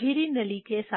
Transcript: झिरी नली के साथ